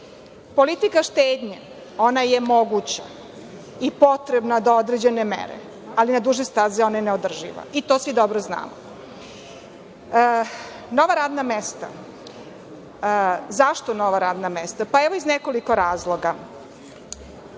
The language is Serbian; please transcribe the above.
mesta. Politika štednje, ona je moguća i potrebna do određene mere, ali na duge staze ona je neodrživa i to svi dobro znamo. Nova radna mesta, zašto nova radna mesta? Evo, iz nekoliko razloga.